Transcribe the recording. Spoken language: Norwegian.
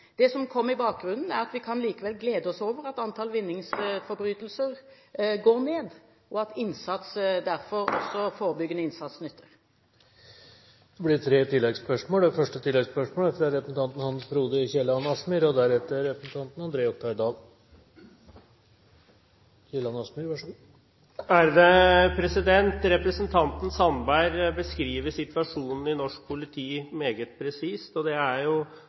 det gjelder vinningskriminaliteten. Det som kom i bakgrunnen, er at vi likevel kan glede oss over at antall vinningsforbrytelser går ned, og at forebyggende innsats derfor nytter. Det blir tre oppfølgingsspørsmål – først Hans Frode Kielland Asmyhr. Representanten Sandberg beskriver situasjonen i norsk politi meget presist. Det er også det inntrykket vi i justiskomiteen får når vi reiser rundt. Jeg tror at det råder en fryktkultur i norsk politi.